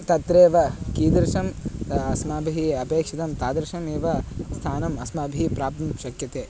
तत्रैव कीदृशम् अस्माभिः अपेक्षितं तादृशम् एव स्थानम् अस्माभिः प्राप्तुं शक्यते